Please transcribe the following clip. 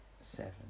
Seven